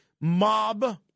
mob